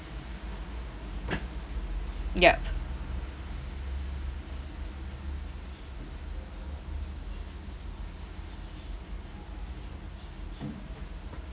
yup